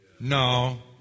no